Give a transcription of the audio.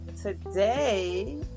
Today